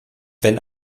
wenn